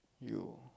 you